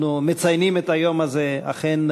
אנחנו מציינים את היום הזה היום,